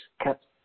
kept